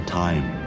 time